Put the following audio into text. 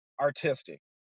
artistic